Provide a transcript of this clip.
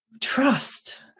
trust